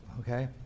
Okay